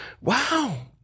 wow